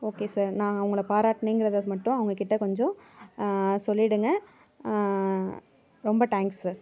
okay sir நான் அவங்களை பாராட்டினேங்கிறத மட்டும் அவங்கக்கிட்ட கொஞ்சம் சொல்லிவிடுங்க ரொம்ப டேங்ஸ் சார்